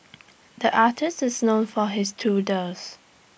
the artist is known for his doodles